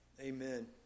Amen